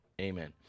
Amen